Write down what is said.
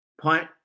punt